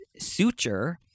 suture